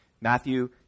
Matthew